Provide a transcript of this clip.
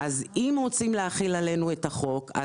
אם רוצים להחיל עלינו את החוק,